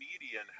median